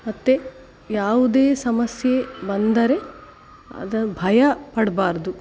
ಮತ್ತು ಯಾವುದೇ ಸಮಸ್ಯೆ ಬಂದರೆ ಅದನ್ನು ಭಯಪಡ್ಬಾರದು